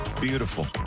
beautiful